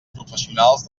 professionals